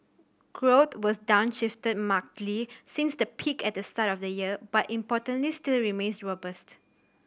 growth was downshifted markedly since the peak at the start of the year but importantly still remains robust